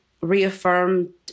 reaffirmed